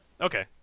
Okay